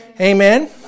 Amen